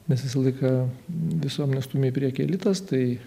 nes visą laiką visuomenė stumia į priekį elitas tai